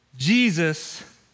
Jesus